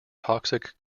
toxic